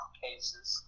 cases